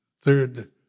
third